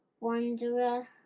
wanderer